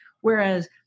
Whereas